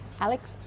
Alex